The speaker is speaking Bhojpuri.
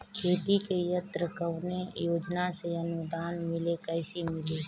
खेती के यंत्र कवने योजना से अनुदान मिली कैसे मिली?